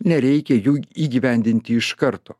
nereikia jų įgyvendinti iš karto